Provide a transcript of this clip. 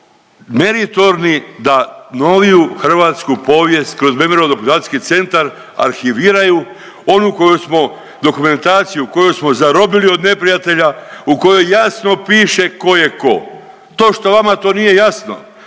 meritorni da noviju hrvatsku povijest kroz memorijalno dokumentacijski centar arhiviraju, onu koju smo dokumentaciju koju smo zarobili od neprijatelja u kojoj jasno piše tko je tko. To što vama to nije jasno,